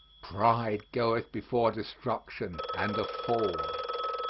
pride goeth before destruction and a fall.